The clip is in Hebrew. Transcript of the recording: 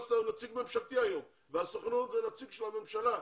ונגוסה הוא נציג ממשלתי היום והסוכנות היא נציג של הממשלה,